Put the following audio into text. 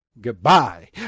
goodbye